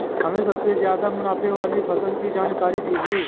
हमें सबसे ज़्यादा मुनाफे वाली फसल की जानकारी दीजिए